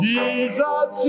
Jesus